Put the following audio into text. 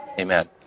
Amen